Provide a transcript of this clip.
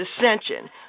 dissension